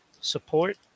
support